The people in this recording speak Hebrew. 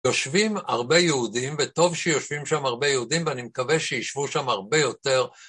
יושבים הרבה יהודים, וטוב שיושבים שם הרבה יהודים, ואני מקווה שישבו שם הרבה יותר.